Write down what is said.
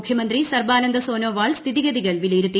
മുഖ്യമന്ത്രി സർബാനന്ദ സോനോവാൾ സ്ഥിതിഗതികൾ വിലയിരുത്തി